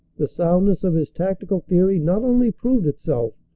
the soundness of his tactical theory not only proved itself,